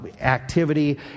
activity